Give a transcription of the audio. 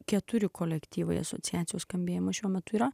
keturi kolektyvai asociacija skambėjimas šiuo metu yra